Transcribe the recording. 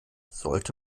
sollte